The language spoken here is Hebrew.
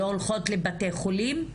לא הולכות לבתי חולים,